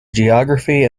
geography